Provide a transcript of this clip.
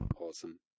Awesome